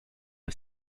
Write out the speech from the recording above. ist